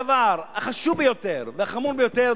הדבר החשוב ביותר והחמור ביותר,